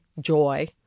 joy